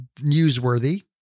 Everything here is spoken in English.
newsworthy